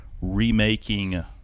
remaking